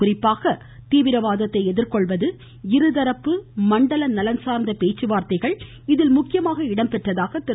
குறிப்பாக தீவிரவாதத்தை எதிர்கொள்வது இருதரப்பு மற்றும் மண்டல நலன் சார்ந்த பேச்சுவார்தைகள் இதில் முக்கிய இடம்பெற்றதாக திரு